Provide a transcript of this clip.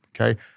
Okay